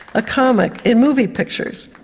a comic in movie pictures.